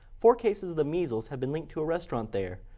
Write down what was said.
four cases of the measles have been linked to a restaurant there,